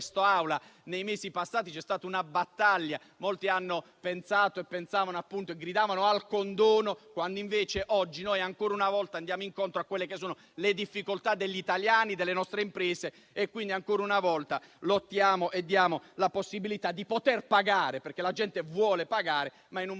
in quest'Aula c'è stata una battaglia: molti hanno pensato e gridato al condono, quando invece oggi noi ancora una volta andiamo incontro alle difficoltà degli italiani e delle nostre imprese, quindi ancora una volta lottiamo e diamo la possibilità di pagare (perché la gente vuole farlo), ma in un momento delicato